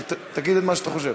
אבל תגיד את מה שאתה חושב.